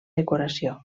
decoració